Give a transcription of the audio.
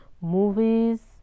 movies